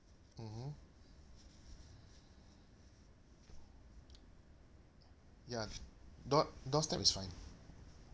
mmhmm ya door~ doorstep is fine